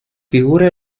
figura